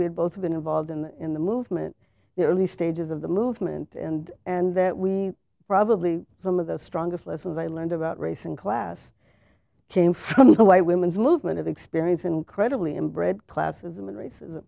both been involved in the in the movement the early stages of the movement and and that we probably some of the strongest lessons i learned about race and class came from the white women's movement of experience incredibly and bred classism and racism